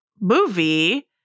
movie